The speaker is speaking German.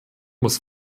muss